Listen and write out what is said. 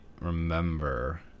remember